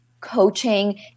coaching